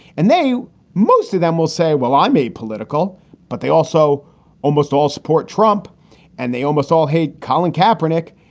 and they most of them will say, well, i'm apolitical, but they also almost all support trump and they almost all hate colin kaepernick.